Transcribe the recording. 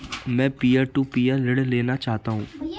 मैं peer to peer ऋण लेना चाहता हूँ